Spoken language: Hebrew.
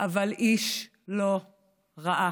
אבל איש לא ראה